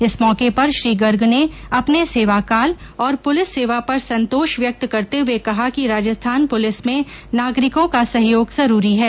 इस मौके पर श्री गर्ग ने अपने सेवाकाल और पुलिस सेवा पर संतोष व्यक्त करते हुए कहा कि राजस्थान पुलिस में नागरिकों का सहयोग जरूरी है